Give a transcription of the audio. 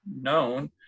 known